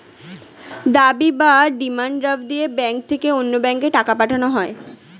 দাবি বা demand draft দিয়ে ব্যাংক থেকে অন্য ব্যাংকে টাকা পাঠানো হয়